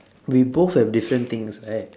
we both have different things right